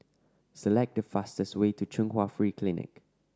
select the fastest way to Chung Hwa Free Clinic